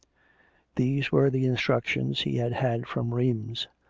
these were the instructions he had had from rheims.